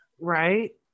right